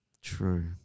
True